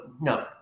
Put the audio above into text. no